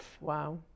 Wow